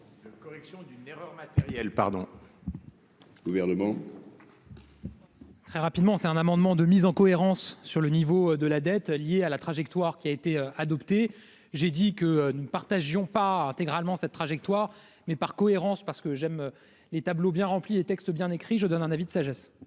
Correction d'une erreur matérielle pardon. Gouvernement. Très rapidement, c'est un amendement de mise en cohérence, sur le niveau de la dette liée à la trajectoire qui a été adopté, j'ai dit que nous ne partagions pas intégralement cette trajectoire mais par cohérence, parce que j'aime les tableaux bien rempli les textes bien écrits, je donne un avis de sagesse.